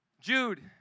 Jude